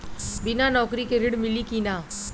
बिना नौकरी के ऋण मिली कि ना?